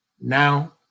now